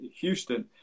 Houston